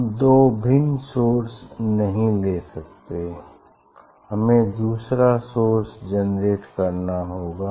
हम दो भिन्न सोर्स नहीं ले सकते हमें दूसरा सोर्स जेनेरेट करना होगा